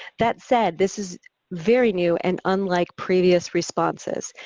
that said, this is very new and unlike previous responses.